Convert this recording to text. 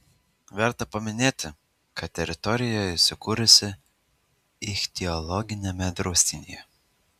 verta paminėti kad teritorija įsikūrusi ichtiologiniame draustinyje